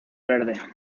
verde